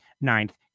ninth